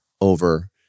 over